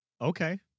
okay